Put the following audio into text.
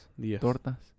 Tortas